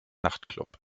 nachtclub